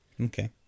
Okay